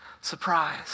Surprise